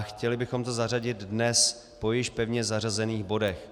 Chtěli bychom to zařadit dnes po již pevně zařazených bodech.